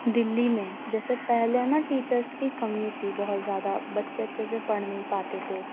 دلّی میں جیسے پہلے نا ٹیچرس کی کمی تھی بہت زیادہ بچے اچھے سے پڑھ نہیں پاتے تھے